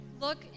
look